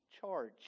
charge